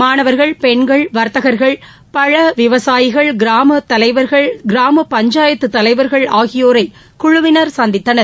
மாணவர்கள் பெண்கள் வர்த்தகர்கள் பழ விவசாயிகள் கிராம தலைவர்கள் கிராம பஞ்சாயத்து தலைவர்கள் ஆகியோரை குழுவினர் சந்தித்தனர்